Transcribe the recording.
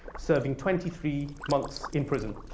serving twenty three months in prison.